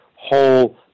whole